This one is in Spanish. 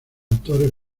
autores